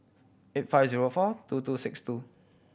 eight five zero four two two six two